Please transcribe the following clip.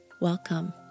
Welcome